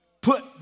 put